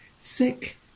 sick